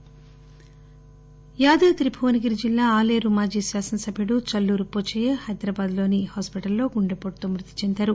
మ్ఫతి యాదాద్రి భువనగిరి జిల్లా ఆలేరు మాజీ శాసన సభ్యుడు చల్లురు పోచయ్య హైదరాబాద్ లోని హాస్పిటల్ లో గుండెపోటుతో మృతి చెందారు